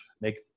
make –